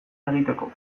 egiteko